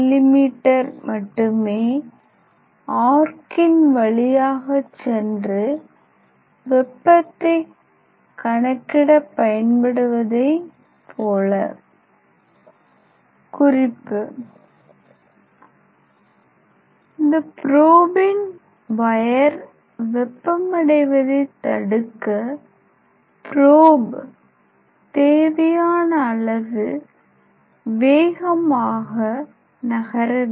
me மட்டுமே ஆர்க்கின் வழியாக சென்று வெப்பத்தை கணக்கிட பயன்படுவதை போல குறிப்பு இந்த ப்ரோபின் வயர் வெப்பமடைவதை தடுக்க ப்ரொபு தேவையான அளவு வேகமாக நகர வேண்டும்